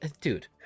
dude